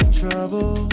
trouble